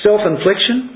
Self-infliction